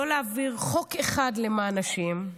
לא להעביר חוק אחד למען נשים,